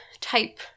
type